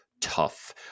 tough